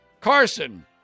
Carson